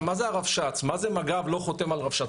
מה זה מג"ב לא חותם על רבש"ץ?